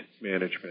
management